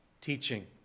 teaching